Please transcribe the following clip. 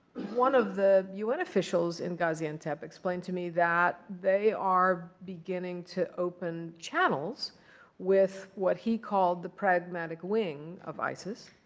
one of the un officials in gaziantep explained to me that they are beginning to open channels with what he called the pragmatic wing of isis.